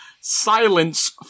Silence